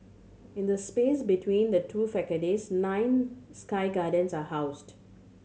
in the space between the two facades nine sky gardens are housed